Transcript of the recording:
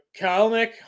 Kalnick